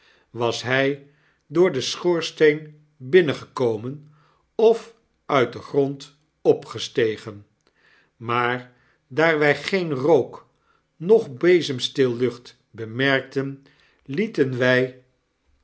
was hfl door den schoorsteen binnengekomen of uit den grond opgestegen maar daar wij geen rook noch bezemsteellucht bemerkten lieten wydie